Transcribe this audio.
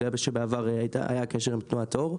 אני יודע שבעבר היה קשר עם תנועת אור.